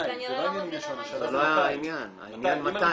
זה לא העניין, העניין מתי.